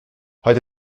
heute